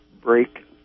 break